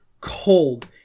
cold